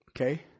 okay